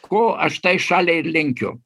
ko aš tai šaliai ir linkiu